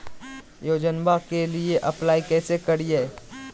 योजनामा के लिए अप्लाई कैसे करिए?